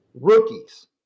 rookies